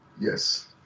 Yes